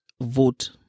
vote